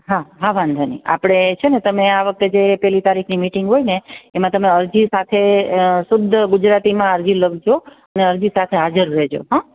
હાં હાં વાંધો નહીં આપણે છે ને તમે આ વખતે જે પહેલી તારીખની મિટિંગ હોયને એમાં તમે અરજી સાથે સૂધધ ગુજરાતીમાં અરજી લખજો અને અરજી સાથે હાજર રહેજો